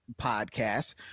podcast